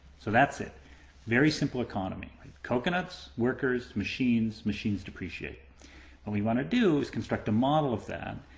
so, that's it very simple economy coconuts, workers, machines, machines depreciate. what we want to do is construct a model of that.